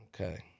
Okay